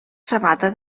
sabata